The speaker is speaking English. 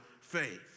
faith